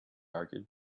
argued